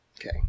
Okay